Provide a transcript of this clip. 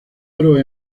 oro